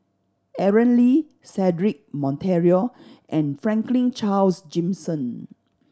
Aaron Lee Cedric Monteiro and Franklin Charles Gimson